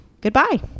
Goodbye